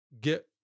get